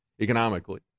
economically